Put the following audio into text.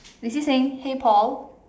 is he saying hey Paul